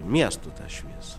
miestų tą šviesą